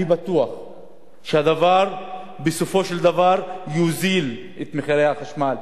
אני בטוח שבסופו של דבר זה יוזיל את מחירי החשמל.